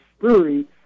Brewery